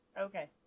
okay